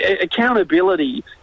accountability